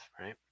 Right